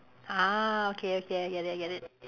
ah okay okay I get it I get it